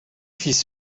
fils